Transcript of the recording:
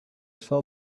saw